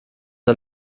are